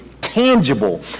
tangible